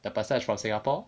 the person is from singapore